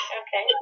okay